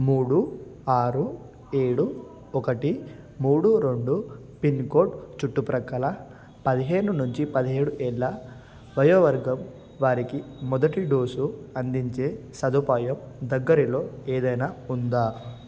మూడు ఆరు ఏడు ఒకటి మూడు రెండు పిన్ కోడ్ చుట్టుప్రక్కల పదిహేను నుంచి పదిహేడుపేళ్ళ వయోవర్గం వారికి మొదటి డోసు అందించే సదుపాయం దగ్గరిలో ఏదైనా ఉందా